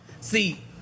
See